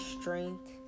strength